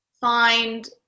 find